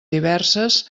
diverses